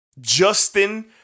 Justin